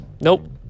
Nope